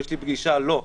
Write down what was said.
יש לי פגישה לא.